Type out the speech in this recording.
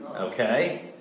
Okay